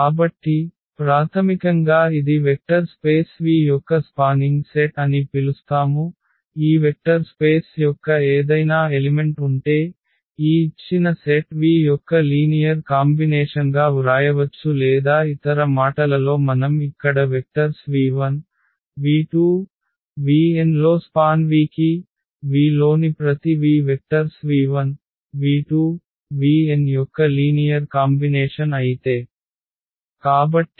కాబట్టి ప్రాథమికంగా ఇది వెక్టర్ స్పేస్ V యొక్క స్పానింగ్ సెట్ అని పిలుస్తాము ఈ వెక్టర్ స్పేస్ యొక్క ఏదైనా ఎలిమెంట్ ఉంటే ఈ ఇచ్చిన సెట్ V యొక్క లీనియర్ కాంబినేషన్గా వ్రాయవచ్చు లేదా ఇతర మాటలలో మనం ఇక్కడ వెక్టర్స్ v1v2vn లో స్పాన్ V కి V లోని ప్రతి v వెక్టర్స్ v1v2vn యొక్క లీనియర్ కాంబినేషన్ అయితే